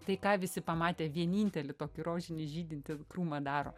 tai ką visi pamatę vienintelį tokį rožinį žydintį krūmą daro